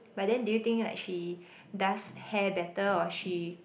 but then do you think like she does hair better or she